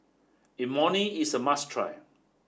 Imoni is a must try